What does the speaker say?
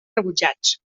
rebutjats